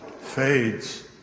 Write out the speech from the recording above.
fades